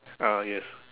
ah yes